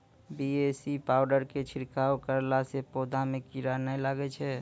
BAC powder के छिड़काव करला से पौधा मे कीड़ा नैय लागै छै?